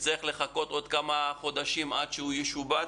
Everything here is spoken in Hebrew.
יצטרך לחכות עוד כמה חודשים עד שהוא ישובץ.